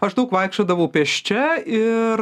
aš daug vaikščiodavau pėsčia ir